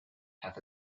half